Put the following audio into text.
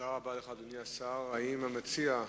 אדוני השר, תודה רבה לך.